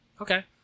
Okay